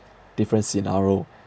different scenario